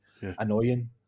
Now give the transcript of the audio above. Annoying